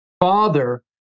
father